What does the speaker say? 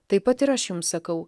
taip pat ir aš jums sakau